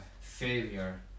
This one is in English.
failure